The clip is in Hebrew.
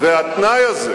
הם הסכימו לזה.